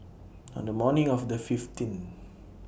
on The morning of The fifteenth